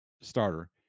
starter